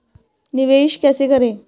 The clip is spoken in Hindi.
निवेश कैसे करें?